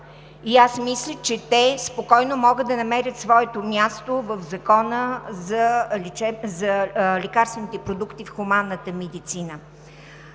и аз мисля, че те спокойно могат да намерят своето място в Закона за лекарствените продукти в хуманната медицина.